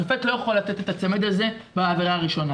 שופט לא יכול לתת את הצמיד הזה בעבירה הראשונה.